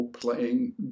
playing